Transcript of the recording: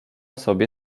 sobie